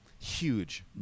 Huge